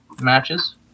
matches